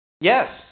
Yes